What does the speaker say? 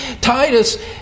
Titus